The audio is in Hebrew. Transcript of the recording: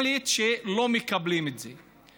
החליטה שלא מקבלים את זה.